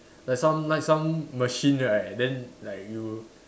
like some like some machine right then like you